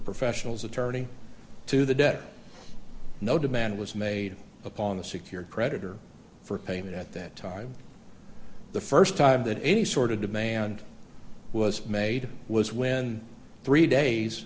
professionals attorney to the debtor no demand was made upon the secured creditor for payment at that time the st time that any sort of demand was made was when three days